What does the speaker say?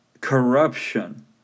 corruption